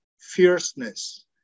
fierceness